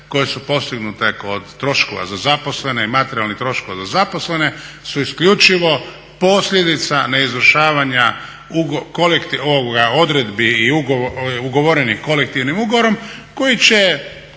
koje su postignute kod troškova za zaposlene i materijalnih troškova za zaposlene su isključivo posljedica neizvršavanja odredbi ugovorenih kolektivnim ugovorom koji će